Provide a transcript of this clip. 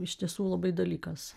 iš tiesų labai dalykas